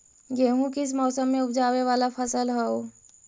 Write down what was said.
गेहूं किस मौसम में ऊपजावे वाला फसल हउ?